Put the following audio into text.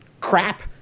crap